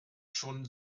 schon